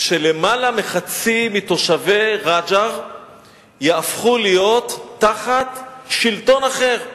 שלמעלה מחצי מתושבי רג'ר יהפכו להיות תחת שלטון אחר.